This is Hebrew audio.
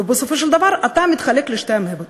ובסופו של דבר התא מתחלק לשתי אמבות.